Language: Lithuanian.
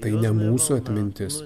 tai ne mūsų atmintis